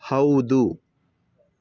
ಹೌದು